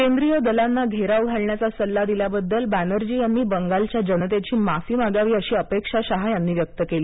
केंद्रीय दलांना घेराव घालण्याचा सल्ला दिल्याबद्दल बॅनर्जी यांनी बंगालच्या जनतेची माफी मागावी अशी अपेक्षा शहा यांनी व्यक्त केली